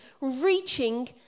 reaching